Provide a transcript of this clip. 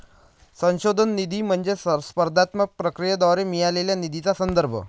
संशोधन निधी म्हणजे स्पर्धात्मक प्रक्रियेद्वारे मिळालेल्या निधीचा संदर्भ